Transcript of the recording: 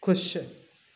खु़शि